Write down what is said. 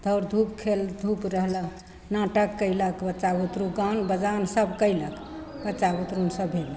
दौड़धूप खेलधूप रहल नाटक कएलक बच्चा बुतरु गान बजान सब कएलक बच्चा बुतरु सभ